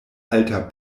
alta